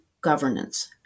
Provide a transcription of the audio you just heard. governance